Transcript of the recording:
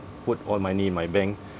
put all money in my bank